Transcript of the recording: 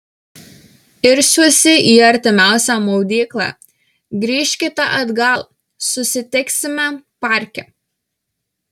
irsiuosi į artimiausią maudyklą grįžkite atgal susitiksime parke